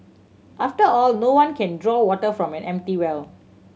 after all no one can draw water from an empty well